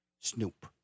Snoop